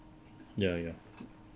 ya ya